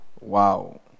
Wow